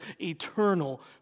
eternal